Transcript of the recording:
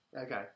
Okay